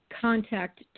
contact